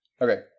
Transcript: okay